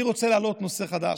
ברשותך, אני רוצה להעלות נושא חדש.